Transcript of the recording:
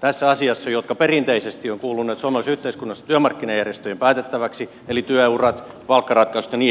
tässä asiassa ratkaisuja jotka perinteisesti ovat kuuluneet suomalaisessa yhteiskunnassa työmarkkinajärjestöjen päätettäviksi eli työurat palkkaratkaisut ja niin edelleen